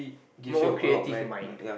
more creative mind